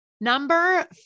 Number